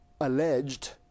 alleged